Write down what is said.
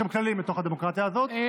יש גם כללים בתוך הדמוקרטיה הזאת,